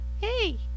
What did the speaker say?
Hey